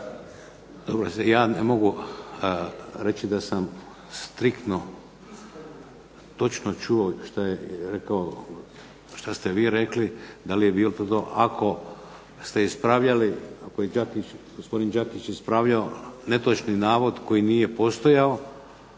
Dobro, ja ne mogu reći da sam striktno točno čuo šta je rekao, šta ste vi rekli, da li je bio to, ako ste ispravljali, ako je Đakić, gospodin Đakić ispravljao netočni navod koji nije postojao